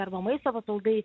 arba maisto papildai